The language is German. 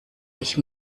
dich